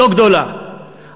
לא גדולה,